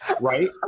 right